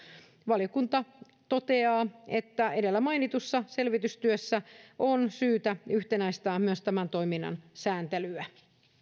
valiokunta toteaa että edellä mainitussa selvitystyössä on syytä yhtenäistää myös tämän toiminnan sääntelyä